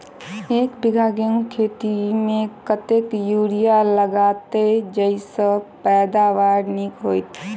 एक बीघा गेंहूँ खेती मे कतेक यूरिया लागतै जयसँ पैदावार नीक हेतइ?